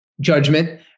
judgment